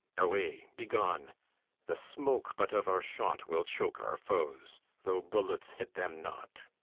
away, be gone the smoke but of our shot will choke our foes, though bullets hit them not.